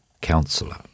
Counselor